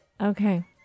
Okay